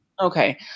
Okay